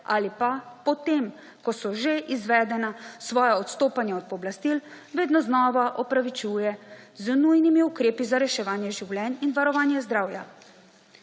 ali pa po tem, ko so že izvedeni, svoja odstopanja od pooblastil vedno znova opravičuje z nujnimi ukrepi za reševanje življenj in varovanje zdravja.